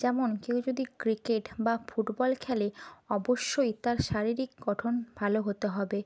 যেমন কেউ যদি ক্রিকেট বা ফুটবল খেলে অবশ্যই তার শারীরিক গঠন ভালো হতে হবে